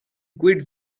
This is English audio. quid